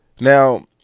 now